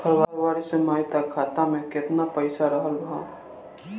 फरवरी से मई तक खाता में केतना पईसा रहल ह?